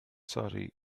sori